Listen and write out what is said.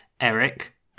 Eric